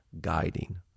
guiding